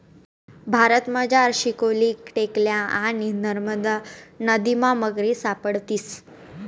भारतमझार शिवालिक टेकड्या आणि नरमदा नदीमा मगरी सापडतीस